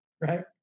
right